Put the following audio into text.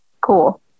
Cool